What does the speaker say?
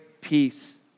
peace